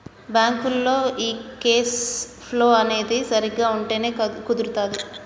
బ్యాంకులో ఈ cash flow అనేది సరిగ్గా ఉంటేనే కుదురుతాది